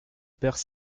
perds